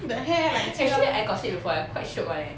the hair like got before required quite shiok eh